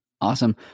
Awesome